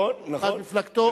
אחר כך מפלגתו.